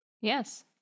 Yes